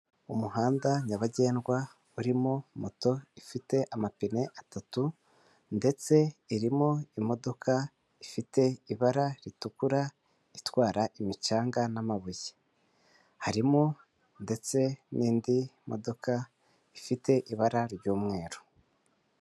Umuhanda nyabagendwa urimo moto ifite amapine atatu, ndetse irimo imodoka ifite ibara ritukura itwara imicanga n'amabuye harimo ndetse n'indi modoka ifite ibara ry'umweru.